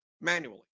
manually